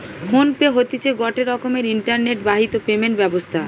phone pay হতিছে গটে রকমের ইন্টারনেট বাহিত পেমেন্ট ব্যবস্থা